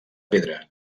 pedra